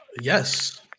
yes